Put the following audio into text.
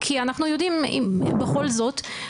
כי אנחנו יודעים בכל זאת,